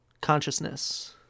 consciousness